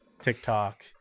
TikTok